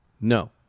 No